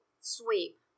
sweep